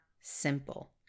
simple